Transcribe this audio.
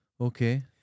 Okay